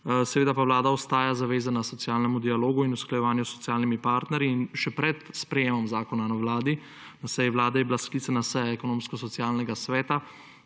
Seveda pa vlada ostaja zavezana socialnemu dialogu in usklajevanju s socialnimi partnerji. In še pred sprejetjem zakona na seji vlade je bila sklicana seja Ekonomsko-socialnega sveta,